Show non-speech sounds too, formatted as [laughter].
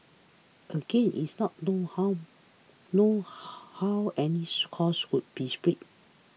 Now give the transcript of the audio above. again it's not known how known how any [unintelligible] cost would be split